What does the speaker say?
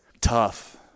tough